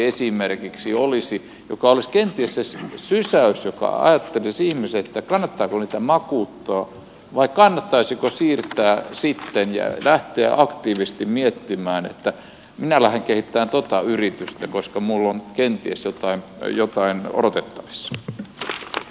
se olisi kenties se sysäys jotta ihmiset ajattelisivat että kannattaako niitä makuuttaa vai kannattaisiko siirtää kannattaisiko lähteä aktiivisesti miettimään että minä lähden kehittämään tuota yritystä koska minulla on kenties jotain odotettavissa